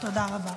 תודה רבה.